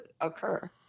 occur